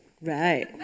right